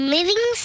Living